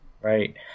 Right